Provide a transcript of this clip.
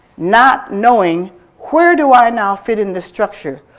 not knowing where do i now fit in this structure.